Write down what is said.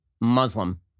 Muslim